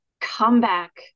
comeback